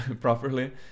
properly